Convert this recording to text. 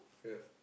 yeah